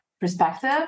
perspective